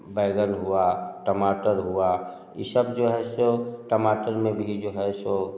बैंगन हुआ टमाटर हुआ यह सब जो है सो टमाटर में भी जो है सो